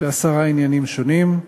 בעשרה עניינים שונים.